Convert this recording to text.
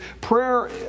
prayer